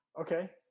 Okay